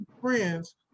friends